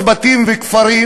בתים וכפרים?